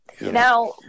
Now